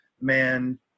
man